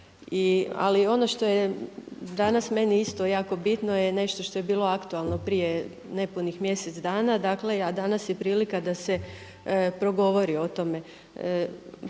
Ali ono što je danas meni isto jako bitno je nešto što je bilo aktualno prije nepunih mjesec dana, dakle a danas je prilika da se progovori o tome.